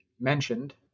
mentioned